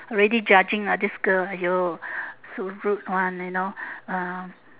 already judging lah this girl !aiyo! so rude one you know uh